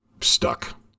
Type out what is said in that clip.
stuck